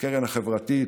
הקרן החברתית